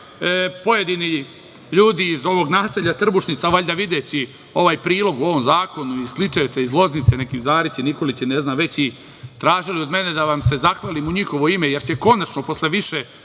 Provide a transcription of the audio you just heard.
pojedini ljudi iz ovog naselja Trbušnica, valjda videći prilog o ovom zakonu, iz Sličajevca, iz Loznice, neki Zarići, Nikolići, ne znam već, i tražili od mene da vam se zahvalim u njihovo ime, jer će konačno posle više